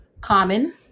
Common